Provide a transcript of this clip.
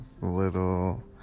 little